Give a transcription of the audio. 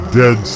dead